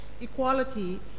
equality